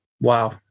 Wow